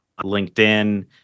LinkedIn